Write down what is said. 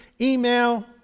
email